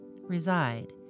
reside